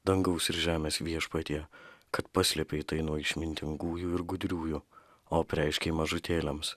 dangaus ir žemės viešpatie kad paslėpei tai nuo išmintingųjų ir gudriųjų o apreiškei mažutėliams